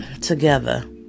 together